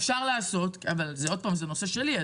זה נושא שלי,